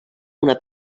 una